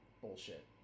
Bullshit